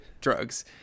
drugs